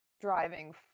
driving